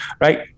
right